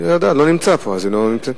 הוא לא נמצא פה, אז היא לא נמצאת.